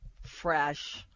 fresh